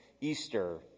Easter